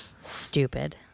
Stupid